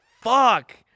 fuck